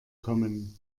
kommen